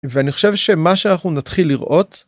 ואני חושב שמה שאנחנו נתחיל לראות